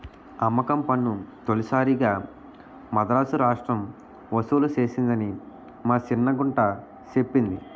అమ్మకం పన్ను తొలిసారిగా మదరాసు రాష్ట్రం ఒసూలు సేసిందని మా సిన్న గుంట సెప్పింది